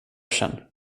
sen